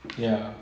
ya